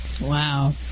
Wow